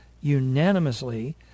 unanimously